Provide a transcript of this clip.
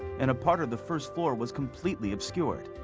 and a part of the first floor was completely obscured.